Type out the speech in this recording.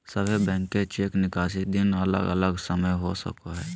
सभे बैंक के चेक निकासी दिन अलग अलग समय हो सको हय